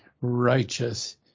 righteous